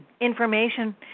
information